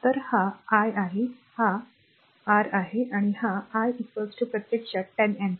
तर हा I आहे हा r आहे आणि हा I प्रत्यक्षात 10 ampere